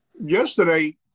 yesterday